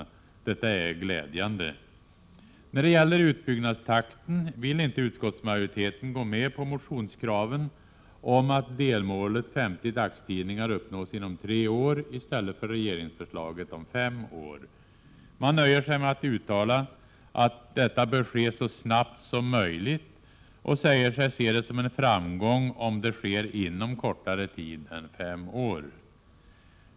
Detta är glädjande. När det gäller utbyggnadstakten vill inte utskottsmajoriteten gå med på motionskraven på att delmålet 50 dagstidningar skall uppnås inom tre år i stället för regeringens förslag om fem år. Man nöjer sig med att uttala att detta bör ske så snabbt som möjligt och säger sig se det som en framgång om det sker inom en kortare tid än fem år.